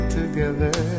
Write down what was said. together